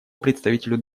представителю